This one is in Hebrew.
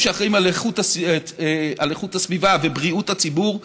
שאחראים לאיכות הסביבה ובריאות הציבור,